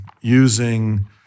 using